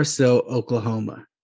Oklahoma